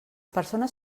persones